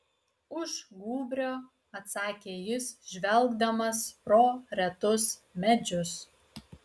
už gūbrio atsakė jis žvelgdamas pro retus medžius